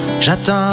J'attends